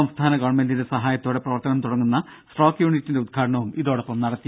സംസ്ഥാന ഗവൺമെന്റിന്റെ സഹായത്തോടെ പ്രവർത്തനം തുടങ്ങുന്ന സ്ട്രോക്ക് യൂണിറ്റിന്റെ ഉദ്ഘാടനവും ഇതോടൊപ്പം നടത്തി